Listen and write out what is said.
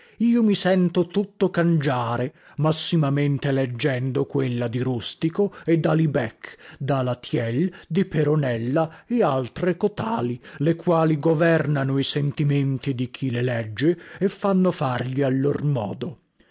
io mi sento tutto cangiare massimamente leggendo quella di rustico e dalibech dalatiel di peronella e altre cotali le quali governano i sentimenti di chi le legge e fanno fargli a lor modo